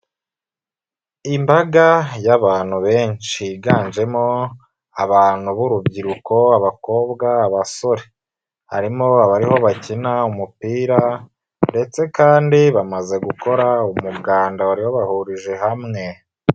Imbaga y'abantu benshi higanjemo abantu b'urubyiruko, abakobwa, abasore, bariho bakina umupira ndetse kandi bamaze gukora umuganda wari wabahurije hamwe.